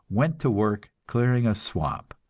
went to work clearing a swamp,